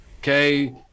Okay